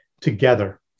together